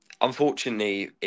unfortunately